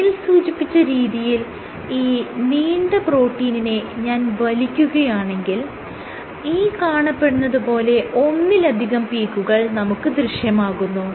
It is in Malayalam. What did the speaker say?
മേൽസൂചിപ്പിച്ച രീതിയിൽ ഈ നീണ്ട പ്രോട്ടീനിനെ ഞാൻ വലിക്കുകയാണെങ്കിൽ ഈ കാണപ്പെടുന്നത് പോലെ ഒന്നിലധികം പീക്കുകൾ നമുക്ക് ദൃശ്യമാകുന്നു